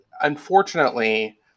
unfortunately